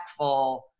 impactful